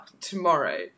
tomorrow